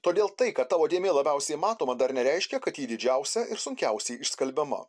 todėl tai kad tavo dėmė labiausiai matoma dar nereiškia kad ji didžiausia ir sunkiausiai išskalbiama